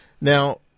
Now